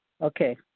Okay